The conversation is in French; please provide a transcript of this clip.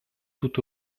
tout